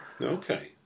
Okay